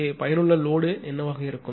இங்கே பயனுள்ள லோடு என்னவாக இருக்கும்